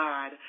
God